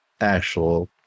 actual